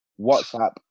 WhatsApp